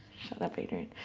shut up adrian.